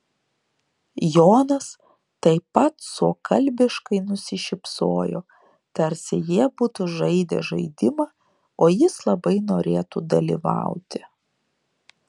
jonas taip pat suokalbiškai nusišypsojo tarsi jie būtų žaidę žaidimą o jis labai norėtų dalyvauti